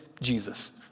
Jesus